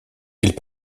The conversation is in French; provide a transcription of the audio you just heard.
ils